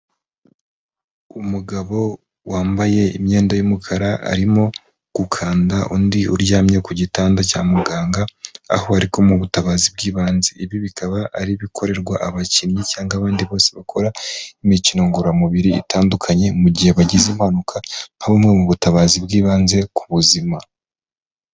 Umugabo wambaye imyenda y'umukara, arimo gukanda undi uryamye ku gitanda cya muganga, aho ari kumuha ubutabazi bw'ibanze. Ibi bikaba ari bikorerwa abakinnyi cyangwa abandi bose bakora imikino ngororamubiri itandukanye, mu gihe bagize impanuka, nka bumwe mu butabazi bw'ibanze ku buzima.